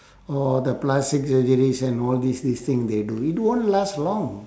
or the plastic surgeries and all this this thing they do it won't last long